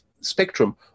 spectrum